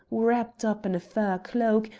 wrapped up in a fur cloak,